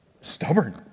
Stubborn